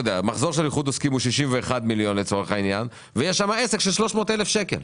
שהמחזור של איחוד עוסקים הוא 61 מיליון שקל ויש שם עסק של 300,000 שקל,